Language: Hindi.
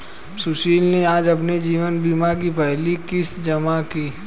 सुशील ने आज अपने जीवन बीमा की पहली किश्त जमा की